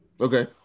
Okay